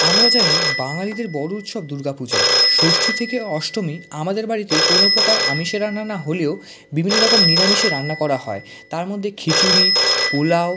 আমরা জানি বাঙালিদের বড়ো উৎসব দুর্গা পূজা ষষ্ঠী থেকে অষ্টমী আমাদের বাড়িতে কোনো প্রকার আমিষের রান্না নাহলেও বিভিন্ন রকম নিরামিষে রান্না করা হয় তার মধ্যে খিচুড়ি পোলাও